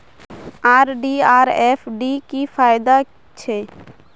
RD आर FD की फ़ायदा छे?